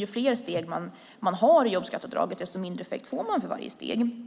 Ju fler steg man har i jobbskatteavdraget, desto mindre effekt får man för varje steg.